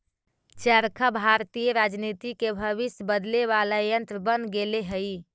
चरखा भारतीय राजनीति के भविष्य बदले वाला यन्त्र बन गेले हई